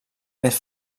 més